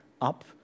up